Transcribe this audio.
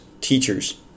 teachers